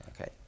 okay